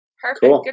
Perfect